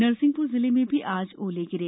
नरसिंहपुर जिले में भी आज ओले गिरे